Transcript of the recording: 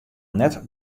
net